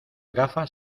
gafas